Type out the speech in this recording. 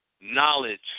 knowledge